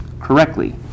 correctly